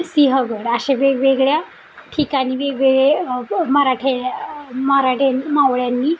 सिंहगड असे वेगवेगळ्या ठिकाणी वेगवेगळे मराठे मराठ्यां मावळ्यांनी